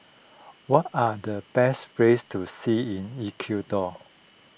what are the best places to see in Ecuador